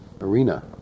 arena